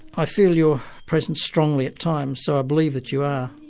i feel your presence strongly at times, so i believe that you are.